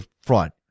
front